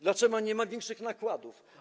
Dlaczego nie ma większych nakładów?